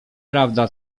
prawda